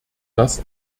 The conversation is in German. das